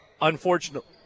unfortunately